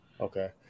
Okay